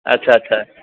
ଆଚ୍ଛା ଆଚ୍ଛା